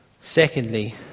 Secondly